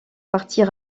parties